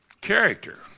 character